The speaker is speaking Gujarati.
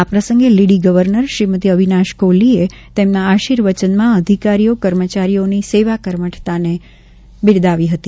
આ પ્રસંગે લેડી ગવર્નર શ્રીમતી અવિનાશ કોહલીએ તેમના આશીર્વચનમાં અધિકારીઓ કર્મચારીઓની સેવા કર્મઠતાને બિરદાવી હતી